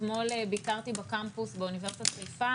אתמול ביקרתי בקמפוס באוניברסיטת חיפה,